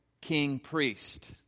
king-priest